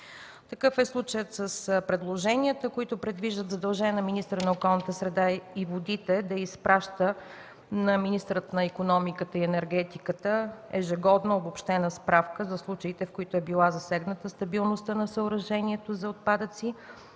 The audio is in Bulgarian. Такъв е случаят с предложенията, които предвиждат задължение на министъра на околната среда и водите да изпраща на министъра на икономиката и енергетиката ежегодно обобщена справка за случаите, в които е била засегната стабилността на съоръженията за отпадъци